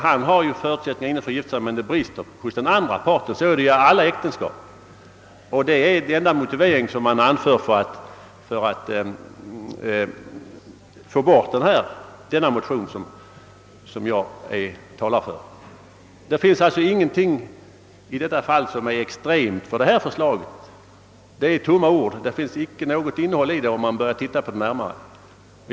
Han har förutsättningar då det gäller åldern men den andra parten är för ung. Det finns således ingenting extremt i förslaget, och påståendena härom är tomma ord.